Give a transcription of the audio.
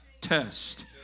test